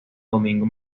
domingo